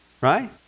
right